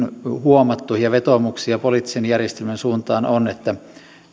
huomattu ja vetoomuksia poliittisen järjestelmän suuntaan on siitä että